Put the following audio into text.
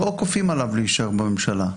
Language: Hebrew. לא כופים עליו להישאר בממשלה,